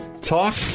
Talk